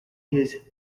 his